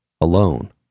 alone